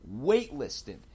waitlisted